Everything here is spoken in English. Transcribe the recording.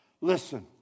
Listen